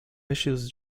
issues